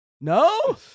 No